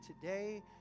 today